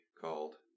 called